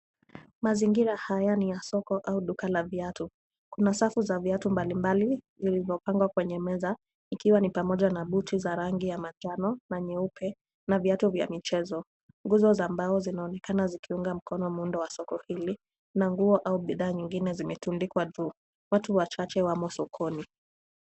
Mazingira haya ni ya soko au duka la viatu. Kuna safu za viatu mbalimbali vilivyo pangwa kwenye meza ikiwa ni pamoja na buti za rangi ya manjano na nyeupe na viatu vya michezo. Nguzo za mbao zinaonekana zikiunga mkono myundo wa soko hili na nguo au bidhaa nyingine zimetundikwa juu. Watu wachache wamo sokoni.